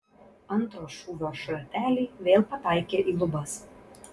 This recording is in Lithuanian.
antro šūvio šrateliai vėl pataikė į lubas